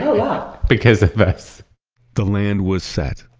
wow because of us the land was set.